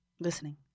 Listening